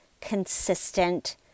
consistent